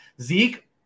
Zeke